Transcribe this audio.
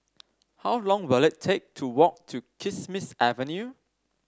how long will it take to walk to Kismis Avenue